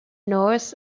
north